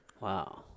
Wow